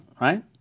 right